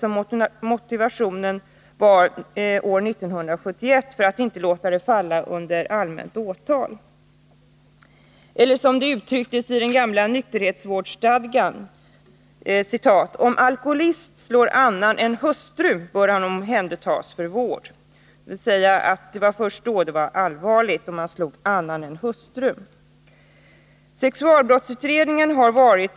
Den motiveringen för att inte låta kvinnomisshandel falla under allmänt åtal anfördes också 1971. På liknande sätt uttrycktes detta iden gamla nykterhetsvårdsstadgan: Om alkoholist slår annan än hustru bör han omhändertas för vård. — Det var alltså först när man slog annan än hustru som det blev ett allvarligt brott.